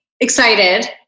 excited